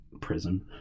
prison